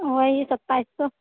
ओएह तऽ